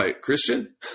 Christian